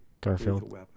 Garfield